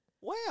Wow